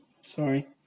sorry